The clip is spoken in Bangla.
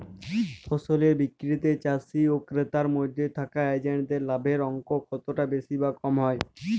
ফসলের বিক্রিতে চাষী ও ক্রেতার মধ্যে থাকা এজেন্টদের লাভের অঙ্ক কতটা বেশি বা কম হয়?